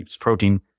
protein